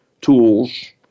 tools